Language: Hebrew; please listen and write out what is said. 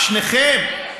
שניכם.